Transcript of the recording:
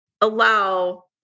allow